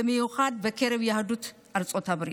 במיוחד בקרב יהדות ארצות הברית.